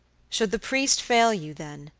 should the priest fail you, then,